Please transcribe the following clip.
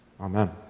Amen